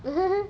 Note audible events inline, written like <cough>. <laughs>